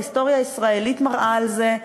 ההיסטוריה הישראלית מראה את זה,